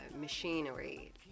machinery